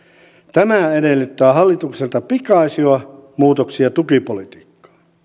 tämä edellyttää hallitukselta pikaisia muutoksia tukipolitiikkaan